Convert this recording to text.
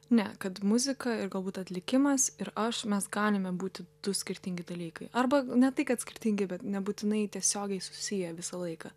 ne kad muzika ir galbūt atlikimas ir aš mes galime būti du skirtingi dalykai arba ne tai kad skirtingi bet nebūtinai tiesiogiai susiję visą laiką